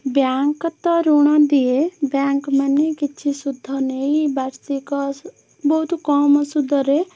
bank ତ ଋଣ ଦିଏ ବ୍ୟାଙ୍କ୍ ମାନେ କିଛି ସୁଧ ନେଇ ବାର୍ଷିକ ବହୁତ କମ୍ ସୁଧରେ